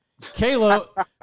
Kayla